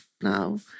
now